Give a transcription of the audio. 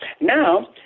Now